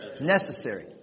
Necessary